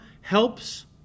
Helps